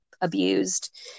abused